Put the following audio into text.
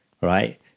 right